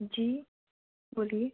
जी बोलिए